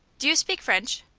do you speak french?